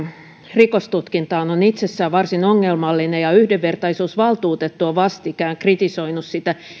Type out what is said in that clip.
rikostutkintaan on itsessään varsin ongelmallista ja yhdenvertaisuusvaltuutettu on vastikään kritisoinut sitä